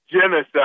genocide